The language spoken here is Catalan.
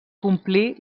complir